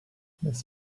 this